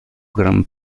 gran